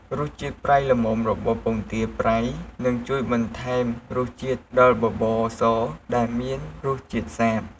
រសជាតិប្រៃល្មមរបស់ពងទាប្រៃ នឹងជួយបន្ថែមរសជាតិដល់បបរសដែលមានរសជាតិសាប។